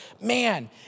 man